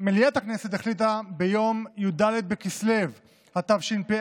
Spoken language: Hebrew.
מליאת הכנסת החליטה ביום י"ד בכסלו התשפ"א,